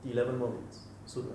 eleven more minutes soon lah